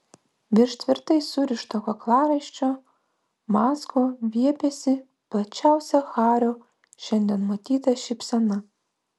virš tvirtai surišto kaklaraiščio mazgo viepėsi plačiausia hario šiandien matyta šypsena